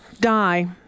die